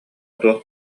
туох